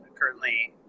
currently